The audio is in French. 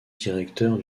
directeur